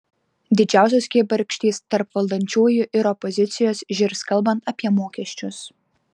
didžiausios kibirkštys tarp valdančiųjų ir opozicijos žirs kalbant apie mokesčius